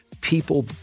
people